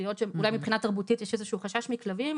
אוכלוסיות שאולי מבחינה תרבותית יש איזשהו חשש מכלבים,